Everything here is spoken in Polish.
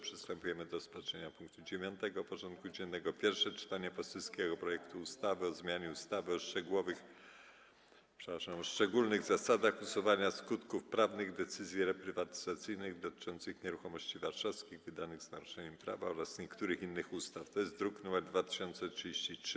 Przystępujemy do rozpatrzenia punktu 9. porządku dziennego: Pierwsze czytanie poselskiego projektu ustawy o zmianie ustawy o szczególnych zasadach usuwania skutków prawnych decyzji reprywatyzacyjnych dotyczących nieruchomości warszawskich, wydanych z naruszeniem prawa oraz niektórych innych ustaw (druk nr 2033)